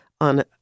on